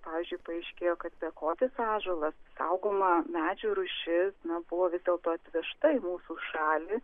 pavyzdžiui paaiškėjo kad bekotis ąžuolas saugoma medžių rūšis na buvo vis dėlto atvežta į mūsų šalį